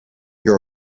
your